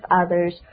others